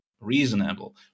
reasonable